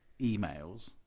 emails